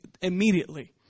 immediately